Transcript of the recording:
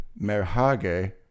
Merhage